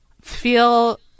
feel